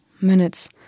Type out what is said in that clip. minutes